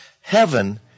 Heaven